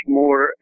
more